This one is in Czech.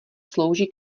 slouží